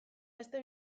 beste